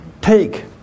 take